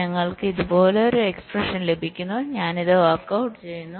ഞങ്ങൾക്ക് ഇതുപോലൊരു എക്സ്പ്രെഷൻ ലഭിക്കുന്നു ഞാൻ ഇത് വർക്ക് ഔട്ട് ചെയ്യുന്നു